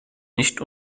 nicht